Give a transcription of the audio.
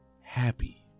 happy